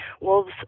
wolves